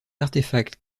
artefacts